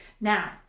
Now